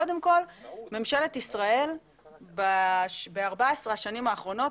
קודם כל ממשלת ישראל בארבע עשרה שנים האחרונות,